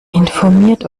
informiert